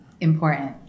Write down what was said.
important